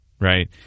Right